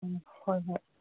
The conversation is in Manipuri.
ꯎꯝ ꯍꯣꯏ ꯍꯣꯏ